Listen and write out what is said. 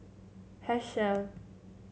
Herschel